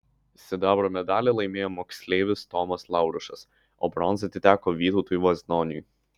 sidabro medalį laimėjo moksleivis tomas laurušas o bronza atiteko vytautui vaznoniui